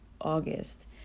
August